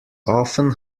often